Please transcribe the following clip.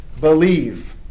believe